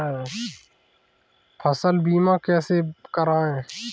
फसल बीमा कैसे कराएँ?